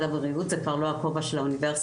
הבריאות זה כבר לא הכובע של האוניברסיטה